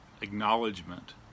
acknowledgement